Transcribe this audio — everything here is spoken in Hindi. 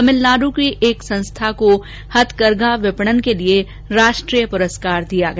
तमिलनाड की एक संस्था को हथकरघा विपणन के लिए राष्ट्रीय पुरस्कार दिया गया